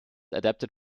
adapted